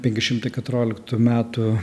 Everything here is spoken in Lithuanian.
penki šimtai keturioliktų metų